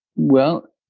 well,